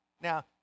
Now